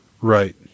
Right